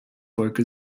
wolke